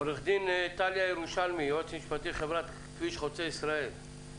עו"ד טליה ירושלמי יועצת משפטית של חברת כביש חוצה ישראל.